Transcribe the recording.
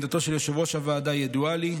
עמדתו של יושב-ראש הוועדה ידועה לי.